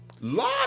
Lot